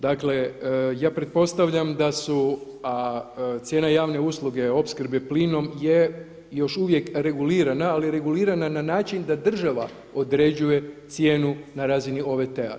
Dakle ja pretpostavljam da su, a cijena javne usluge, opskrbe plinom je još uvijek regulirana ali je regulirana na način da država određuje cijenu na razini OVT-a.